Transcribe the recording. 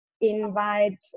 invite